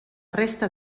resta